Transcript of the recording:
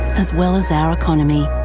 as well as our economy,